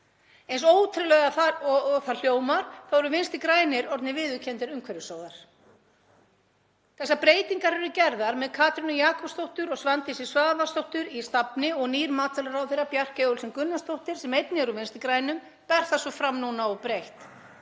Eins ótrúlega og það hljómar eru Vinstri grænir orðnir viðurkenndir umhverfissóðar. Þessar breytingar eru gerðar með Katrínu Jakobsdóttur og Svandísi Svavarsdóttur í stafni og nýr matvælaráðherra, Bjarkey Olsen Gunnarsdóttir, sem einnig er úr Vinstri grænum, ber það svo fram núna óbreytt.